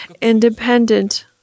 independent